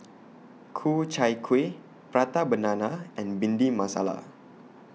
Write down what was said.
Ku Chai Kueh Prata Banana and Bhindi Masala